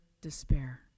despair